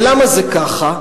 ולמה זה ככה?